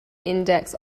index